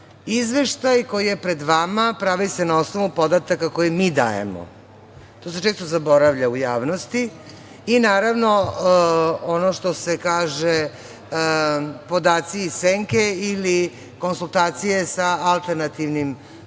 izveštaj koji je pred vama prave se na osnovu podataka koje mi dajemo. To se često zaboravlja u javnosti i naravno, ono što se kaže, podaci iz senke ili konsultacije sa alternativnim davaocima